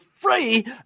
free